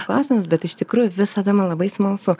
klausimus bet iš tikrųjų visada man labai smalsu